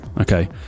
Okay